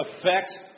affects